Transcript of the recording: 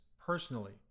personally